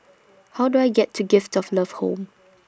How Do I get to Gift of Love Home